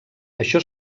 això